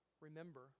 remember